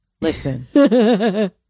listen